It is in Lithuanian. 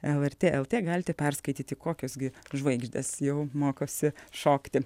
lrt lt galite perskaityti kokios gi žvaigždės jau mokosi šokti